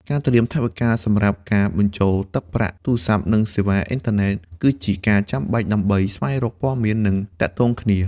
ការត្រៀមថវិកាសម្រាប់ការបញ្ចូលទឹកប្រាក់ទូរស័ព្ទ និងសេវាអ៊ីនធឺណិត គឺជាការចាំបាច់ដើម្បីស្វែងរកព័ត៌មាន និងទាក់ទងគ្នា។